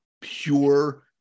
pure